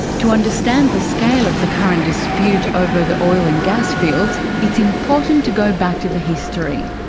to understand the scale of the current dispute over the oil and gas fields, it's important to go back to the history.